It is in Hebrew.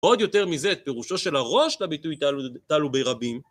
עוד יותר מזה, את פירושו של הראש לביטוי תלו ברבים.